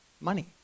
Money